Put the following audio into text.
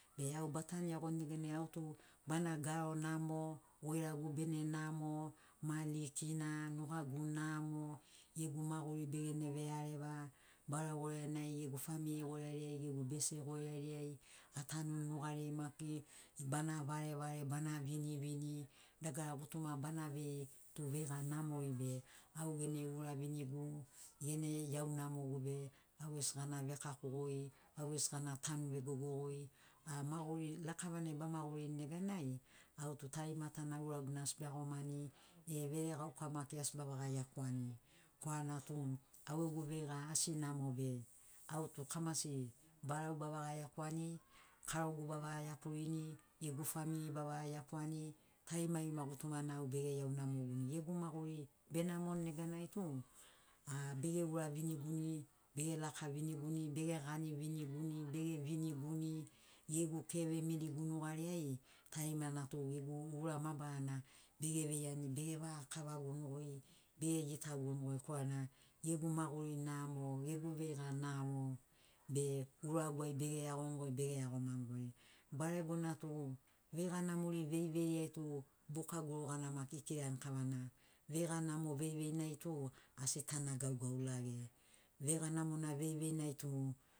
Be au batanu iagoni neganai au tu bana garo namo goiragu bene namo ma likina nugagu namo gegu maguri begene veareva barau goiranai gegu famiri goirariai gegu bese goirariai atanuni nugariai maki bana varevare bana vinivini dargara gutuma bana vei tu veiga namori be au gene gura vinigu gene iaunamogu be au gesi gana vekako goi au gesi gana tanu vegogo goi a maguri lakavanai ba magurini neganai au tu tarimata na au uragu asi beagomani e veregauka maki asi bavaga iakuani korana tu au gegu veiga asi namo be au tu kamasi barau bavaga iakuani karogu bavaga iakurini gegu famiri bava iakuani tarimarima gutumana au bege iaunamo viniguni gegu maguri benamoni neganai tu a bege ura viniguni bege laka viniguni bege gani viniguni bege viniguni gegu keve midigu nugariai tarimana tu gegu ura mabarana bege veiani bege vaga kavaguni goi bege gitaguni goi korana gegu maguri namo gegu veiga namo be uraguai bege iagoni bege iagomani goi baregona tu veiga namori veiveiai tu buka gurugana maki ekirani kavana veiga namo veiveinai tu asi tana gaugaulage veiga namona veiveinai tu